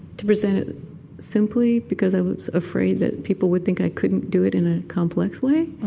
to present it simply, because i was afraid that people would think i couldn't do it in a complex way.